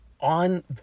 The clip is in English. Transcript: on